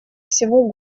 всего